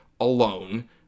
alone